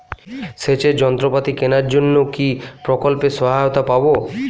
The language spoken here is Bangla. সেচের যন্ত্রপাতি কেনার জন্য কি প্রকল্পে সহায়তা পাব?